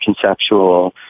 conceptual